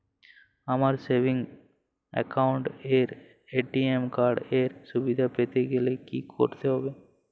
আমার savings account এ ATM card এর সুবিধা পেতে গেলে কি করতে হবে?